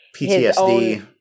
PTSD